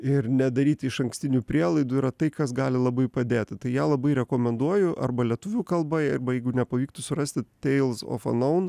ir nedaryti išankstinių prielaidų yra tai kas gali labai padėti tai ją labai rekomenduoju arba lietuvių kalba arba jeigu nepavyktų surasti tales of unknown